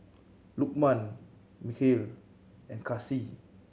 Lukman Mikhail and Kasih